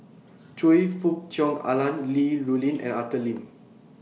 Choe Fook Cheong Alan Li Rulin and Arthur Lim